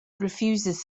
refuses